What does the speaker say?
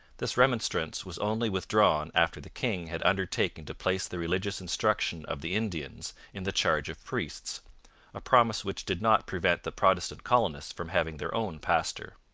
this remonstrance was only withdrawn after the king had undertaken to place the religious instruction of the indians in the charge of priests a promise which did not prevent the protestant colonists from having their own pastor.